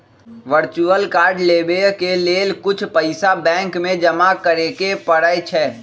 virtual card लेबेय के लेल कुछ पइसा बैंक में जमा करेके परै छै